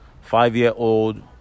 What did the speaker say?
five-year-old